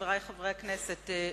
חברי חברי הכנסת,